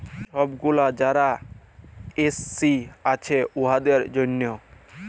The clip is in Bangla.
ছব গুলা যারা এস.সি আছে উয়াদের জ্যনহে